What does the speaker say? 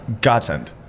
Godsend